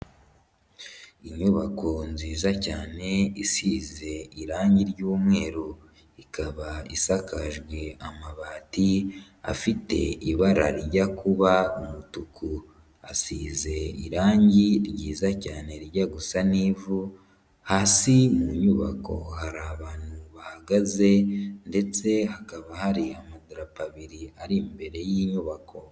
Inyubako nziza cyane isize irangi ry'mweru ikaba isakajwe amabati afite ibara rijya kuba umutuku, asize irangi ryiza cyane rijya gusa n'ivu, hasi mu nyubako hari abantu bahagaze ndetse hakaba hari amadarapo abiri ari imbere y'inyubako.